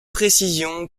précision